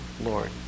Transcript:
Lord